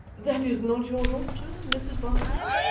that is not your daughter, mrs varden?